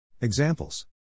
Examples